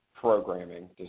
programming